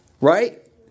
Right